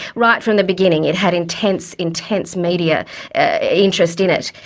right from the beginning it had intense, intense media interest in it.